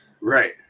Right